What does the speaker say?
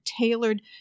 tailored